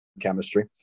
chemistry